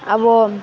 अब